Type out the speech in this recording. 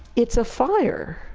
it's a fire.